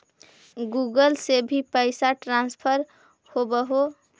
Google से भी पैसा ट्रांसफर होवहै?